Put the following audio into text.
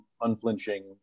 unflinching